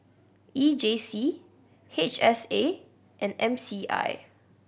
E J C H S A and M C I